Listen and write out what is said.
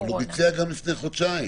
הוא ביצע גם לפני חודשיים.